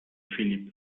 filip